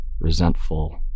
Resentful